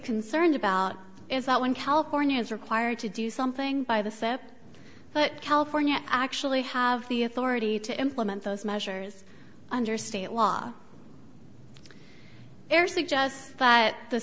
concerned about is that when california is required to do something by the setup but california actually have the authority to implement those measures under state law there suggests that the